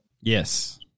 Yes